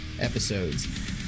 episodes